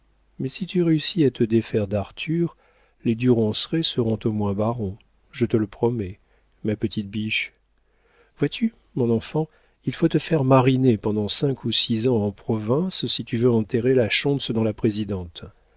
mais si tu réussis à te défaire d'arthur les du ronceret seront au moins barons je te le promets ma petite biche vois-tu mon enfant il faut te faire mariner pendant cinq ou six ans en province si tu veux enterrer la schontz dans la présidente